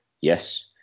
Yes